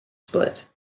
split